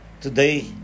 Today